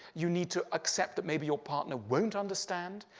you need to accept that maybe your partner won't understand.